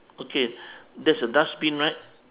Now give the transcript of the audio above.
okay there's a dustbin right